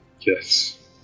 yes